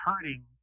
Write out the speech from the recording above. hurting